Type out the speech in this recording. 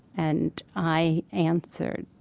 and i answered,